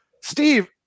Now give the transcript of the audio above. Steve